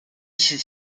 fut